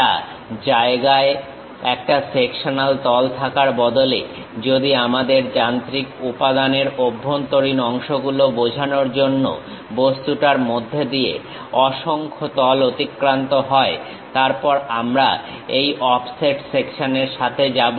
একটা জায়গায় একটা সেকশনাল তল থাকার বদলে যদি আমাদের যান্ত্রিক উপাদানের অভ্যন্তরীণ অংশগুলো বোঝানোর জন্য বস্তুটার মধ্যে দিয়ে অসংখ্য তল অতিক্রান্ত হয় তারপর আমরা এই অফসেট সেকশনের সাথে যাব